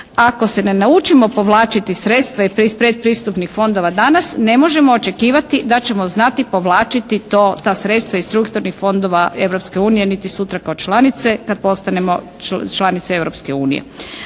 Ako se ne naučimo povlačiti sredstva to iz predpristupnih fondova danas ne možemo očekivati da ćemo znati povlačiti ta sredstva iz strukturnih fondova Europske unije niti sutra kao članice kad postanemo članica